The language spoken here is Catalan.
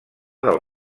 del